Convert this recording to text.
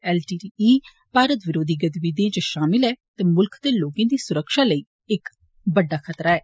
LTTE मारत विरोधी गतिविधिए इच शामल ऐ ते मुल्ख दे लोकें दी सुरक्षा लेई इक बड्डा खतरा ऐ